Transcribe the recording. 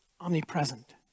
omnipresent